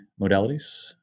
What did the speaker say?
modalities